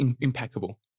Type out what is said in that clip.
impeccable